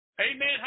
Amen